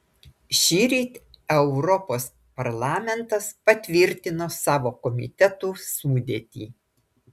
šįryt europos parlamentas patvirtino savo komitetų sudėtį